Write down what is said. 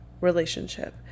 relationship